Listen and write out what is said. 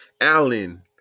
Allen